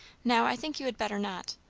now i think you had better not.